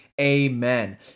Amen